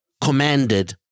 commanded